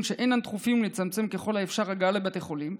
שאינם דחופים ולצמצם ככל האפשר הגעה לבית החולים,